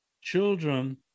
children